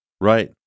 right